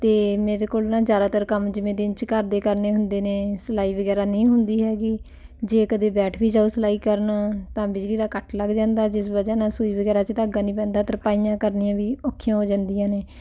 ਅਤੇ ਮੇਰੇ ਕੋਲ ਨਾ ਜ਼ਿਆਦਾਤਰ ਕੰਮ ਜਿਵੇਂ ਦਿਨ 'ਚ ਘਰਦੇ ਕਰਨੇ ਹੁੰਦੇ ਨੇ ਸਿਲਾਈ ਵਗੈਰਾ ਨਹੀਂ ਹੁੰਦੀ ਹੈਗੀ ਜੇ ਕਦੇ ਬੈਠ ਵੀ ਜਾਉ ਸਿਲਾਈ ਕਰਨ ਤਾਂ ਬਿਜਲੀ ਦਾ ਕੱਟ ਲੱਗ ਜਾਂਦਾ ਜਿਸ ਵਜ੍ਹਾ ਨਾਲ ਸੂਈ ਵਗੈਰਾ 'ਚ ਧਾਗਾ ਨਹੀਂ ਪੈਂਦਾ ਤਰਪਾਈਆਂ ਕਰਨੀਆਂ ਵੀ ਔਖੀਆਂ ਹੋ ਜਾਂਦੀਆਂ ਨੇ